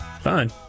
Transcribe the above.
Fine